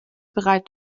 bereit